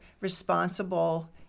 responsible